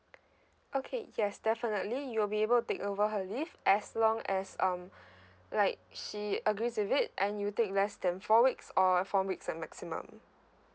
okay yes definitely you'll be able to take over her leave as long as um like she agrees with it and you take less than four weeks or four weeks the maximum